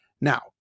Now